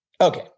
Okay